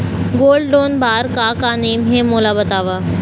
Gold loan बार का का नेम हे, मोला बताव?